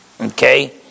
Okay